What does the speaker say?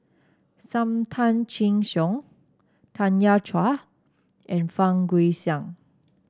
Sam Tan Chin Siong Tanya Chua and Fang Guixiang